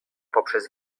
poprzez